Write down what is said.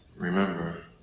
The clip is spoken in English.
remember